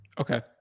Okay